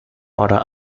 para